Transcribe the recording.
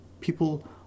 People